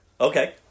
Okay